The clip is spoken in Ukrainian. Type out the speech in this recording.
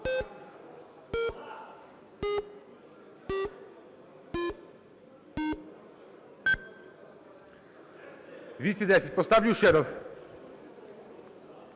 я поставлю ще раз.